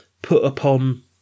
put-upon